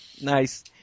Nice